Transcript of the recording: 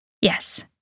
Yes